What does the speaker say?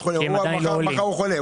כאשר מחר עולה כזה חולה,